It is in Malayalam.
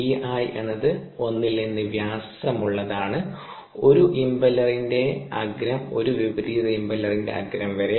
Di എന്നത് ഒന്നിൽ നിന്ന് വ്യാസമുള്ളതാണ് ഒരു ഇംപെല്ലറിന്റെ അഗ്രം ഒരു വിപരീത ഇംപെല്ലറിന്റെ അഗ്രം വരെ